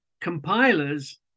compilers